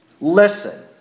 Listen